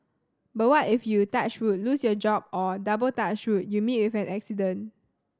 but what if you touch wood lose your job or double touch wood you meet with an accident